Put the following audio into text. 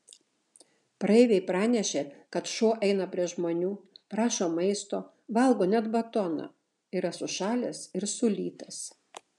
praeiviai pranešė kad šuo eina prie žmonių prašo maisto valgo net batoną yra sušalęs ir sulytas